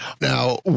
Now